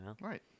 Right